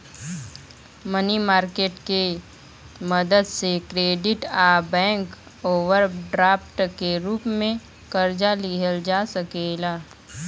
मनी market के मदद से क्रेडिट आ बैंक ओवरड्राफ्ट के रूप में कर्जा लिहल जा सकेला